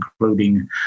including